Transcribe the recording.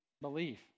belief